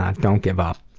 um don't give up.